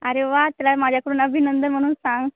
अरे वा त्याला माझ्याकडून अभिनंदन म्हणून सांग